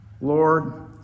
Lord